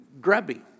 grubby